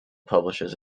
publishes